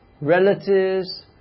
relatives